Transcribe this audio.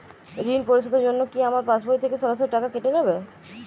ঋণ পরিশোধের জন্য কি আমার পাশবই থেকে সরাসরি টাকা কেটে নেবে?